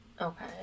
Okay